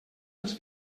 dels